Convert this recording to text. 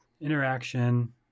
interaction